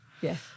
Yes